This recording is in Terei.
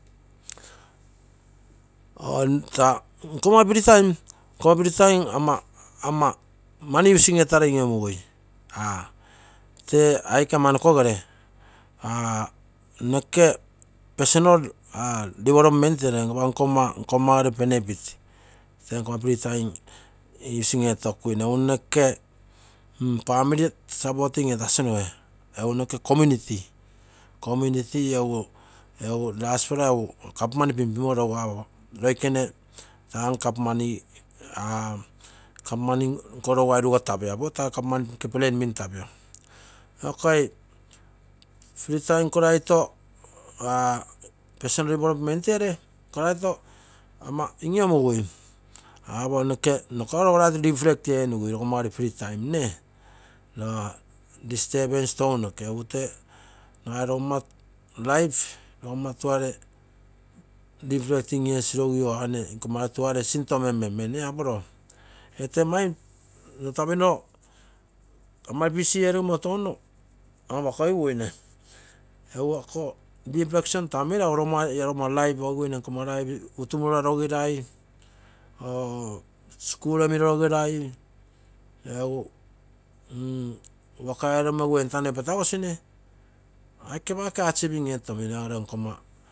Oo nne taa nkomma free time ama mani using efarei ioimugui tee aike amanokosere noko personal development ere nkomma pernafit tee nkomma free time using etokuine egu noke, family supporting etasinoge egu noke community egu laspla egu government pin pimorogu apo loikene taa nko government rougai ruqotapio government nke plan rougai mintapio. Ok free time nkolaito personal development ere nkolaito ama in iomugui, apo noke rogoraito nno kuaso reflect enigui rogomma sere free time roo nagai rogommo tuare regreting esino, agisui ah nne mkomma tuare sinfo menmenme aparo ee maigim nno tapinoio ama busy erogimo touno an apalaogi guine. egu ako reflection taa ama meragu rogomma life, utumunorosirai. skul ee mirorosirai egu waka ee romo egu entano egu ee patagosine. Aike packe achieving etomino e